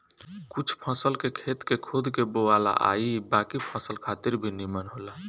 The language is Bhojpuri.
कुछ फसल के खेत के खोद के बोआला आ इ बाकी फसल खातिर भी निमन होला